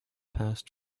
passed